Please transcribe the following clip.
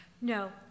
No